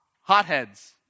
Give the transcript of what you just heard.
hotheads